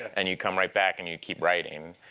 and you come right back and you keep writing.